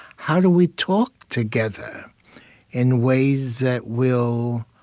how do we talk together in ways that will